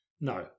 No